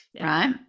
right